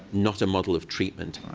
not a model of treatment.